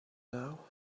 now